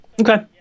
Okay